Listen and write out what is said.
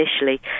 initially